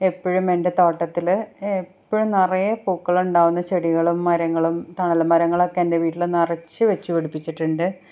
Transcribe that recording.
എപ്പോഴും എൻ്റെ തോട്ടത്തിൽ എപ്പോഴും നിറയെ പൂക്കളുണ്ടാകുന്ന ചെടികളും മരങ്ങളും തണൽ മരങ്ങളൊക്കെ എൻ്റെ വീട്ടിൽ നിറച്ചു വെച്ചു പിടിപ്പിച്ചിട്ടുണ്ട്